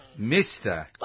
Mr